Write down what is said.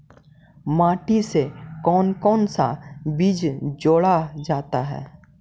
माटी से कौन कौन सा बीज जोड़ा जाता है?